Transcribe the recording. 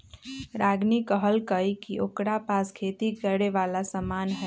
रागिनी कहलकई कि ओकरा पास खेती करे वाला समान हई